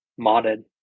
modded